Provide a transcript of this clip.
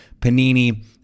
Panini